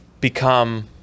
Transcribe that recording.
become